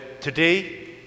today